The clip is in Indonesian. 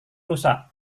rusak